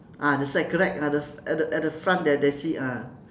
ah that side correct at the at the at the front there that's it ah